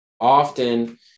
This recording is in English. often